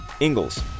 Ingalls